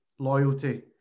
Loyalty